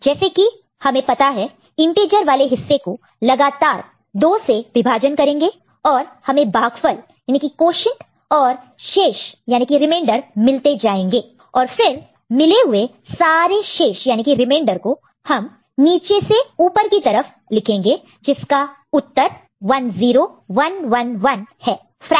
जैसे कि हमें पता है इंटीजर वाले हिस्से को लगातार 2 से विभाजन डिवाइड divide करेंगे और हमें भागफल क्वोशन्ट quotient और शेष रिमेंडर remainder मिलते जाएंगे और फिर मिले हुए सारे शेष रिमेंडर remainder को हम नीचे से ऊपर की तरफ लिखेंगे जिसका उत्तर 10111 है